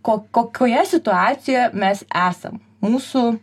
ko kokioje situacijoje mes esam mūsų